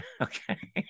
okay